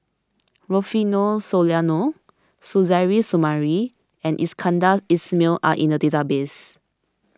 Rufino Soliano Suzairhe Sumari and Iskandar Ismail are in the database